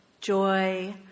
joy